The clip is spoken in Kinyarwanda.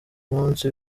munsi